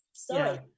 Sorry